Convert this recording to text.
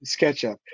SketchUp